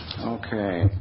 Okay